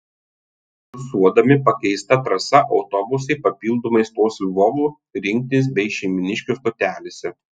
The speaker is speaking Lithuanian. kursuodami pakeista trasa autobusai papildomai stos lvovo rinktinės bei šeimyniškių stotelėse